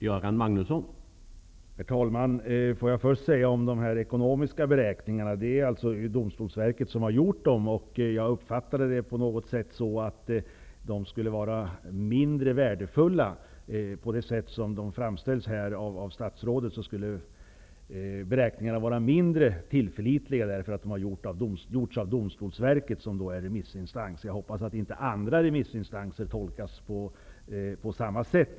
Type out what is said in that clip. Herr talman! Det är Domstolsverket som har gjort de ekonomiska beräkningarna. Statsrådet framställde de ekonomiska beräkningarna så att jag uppfattade det som om de skulle vara mindre tillförlitliga, eftersom Domstolsverket är remissinstans. Jag hoppas att inte andra remissinstansers uppgifter tolkas på samma sätt.